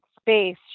space